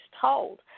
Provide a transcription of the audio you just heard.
told